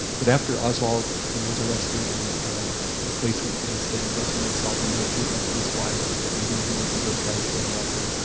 but after oswald you know was arrested and the place went through his things, that's when they saw the note he had left to his wife the evening he went to go try to kill walker.